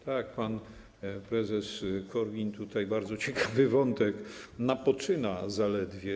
Tak, pan prezes Korwin tutaj bardzo ciekawy wątek napoczyna zaledwie.